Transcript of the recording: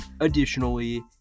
Additionally